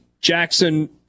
Jackson